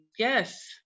Yes